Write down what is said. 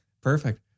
Perfect